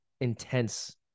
intense